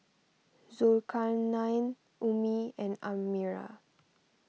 Zulkarnain Ummi and Amirah